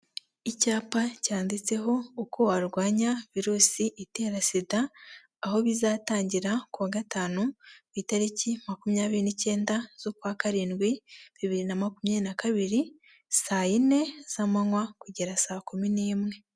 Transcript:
Icyapa cyanditseho uko warwanya virusi itera Sida, aho bizatangira ku wa gatanu ku itariki makumyabiri nicyenda z'ukwa karindwi bibiri na makumyabiri na kabiri saa yine z'amanywa kugera saa kumi n'imwe.